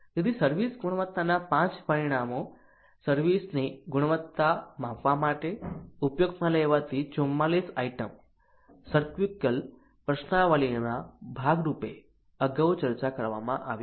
તેથી સર્વિસ ગુણવત્તાના 5 પરિમાણો સર્વિસ ની ગુણવત્તા માપવા માટે ઉપયોગમાં લેવાતી 44 આઇટમ SERVQUAL પ્રશ્નાવલીના ભાગરૂપે અગાઉ ચર્ચા કરવામાં આવી હતી